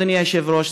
אדוני היושב-ראש,